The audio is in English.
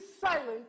silent